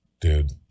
dude